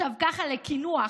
עכשיו ככה, לקינוח,